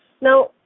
Now